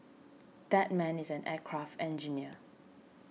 that man is an aircraft engineer